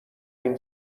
این